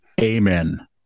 Amen